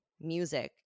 music